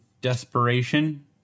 desperation